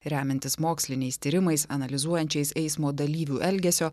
remiantis moksliniais tyrimais analizuojančiais eismo dalyvių elgesio